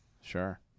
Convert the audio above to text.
Sure